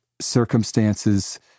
circumstances